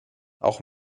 auch